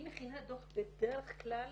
היא מכינה דו"ח בדרך כלל